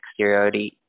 exteriority